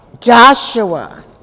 Joshua